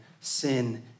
Sin